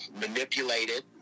manipulated